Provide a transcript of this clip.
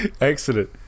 Excellent